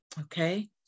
Okay